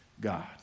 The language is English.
God